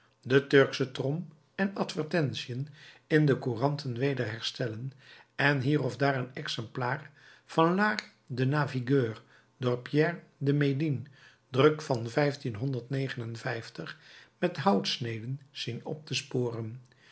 de turksche trom en advertentiën in de couranten weder herstellen en hier of daar een exemplaar van l'art de naviguer door pierre de medine druk van met houtsneden zien op te sporen